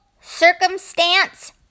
circumstance